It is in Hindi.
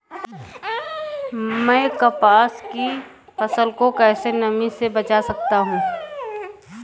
मैं कपास की फसल को कैसे नमी से बचा सकता हूँ?